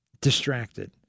distracted